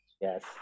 Yes